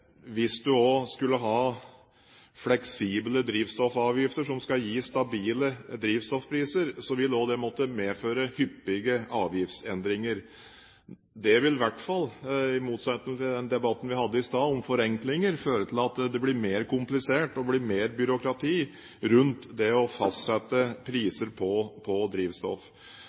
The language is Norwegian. hvis en også skal ha fleksible drivstoffavgifter som skal gi stabile drivstoffpriser, vil det måtte medføre hyppige avgiftsendringer. Det vil i hvert fall, i motsetning til den debatten vi hadde i stad om forenklinger, føre til at det blir mer komplisert og mer byråkrati rundt det å fastsette priser på drivstoff.